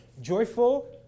Joyful